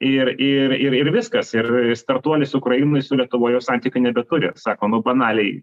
ir ir ir ir viskas ir startuolis ukrainoj su lietuva jau santykių nebeturi sako nu banaliai